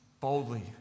boldly